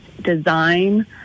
design